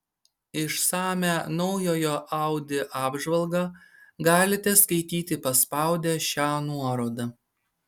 išsamią naujojo audi apžvalgą galite skaityti paspaudę šią nuorodą